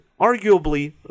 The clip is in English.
arguably